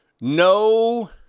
no